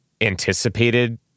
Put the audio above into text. anticipated